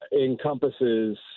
encompasses